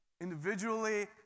individually